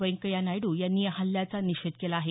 व्यंकय्या नायडू यांनी या हल्ल्याच्या निषेध केला आहे